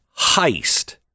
heist